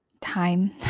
time